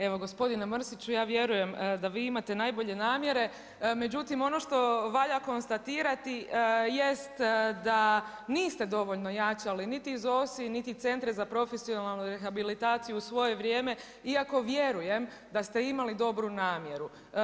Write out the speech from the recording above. Evo gospodine Mrsiću, ja vjerujem da vi imate najbolje namjere, međutim ono što valja konstatirati jest da niste dovoljno jačali niti ZOSI niti centre za profesionalnu rehabilitaciju u svoje vrijeme iako vjerujem da ste imali dobru namjeru.